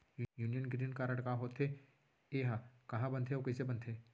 Union green card का होथे, एहा कहाँ बनथे अऊ कइसे बनथे?